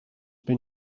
been